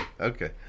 okay